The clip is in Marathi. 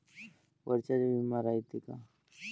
वर्षाचा बिमा रायते का?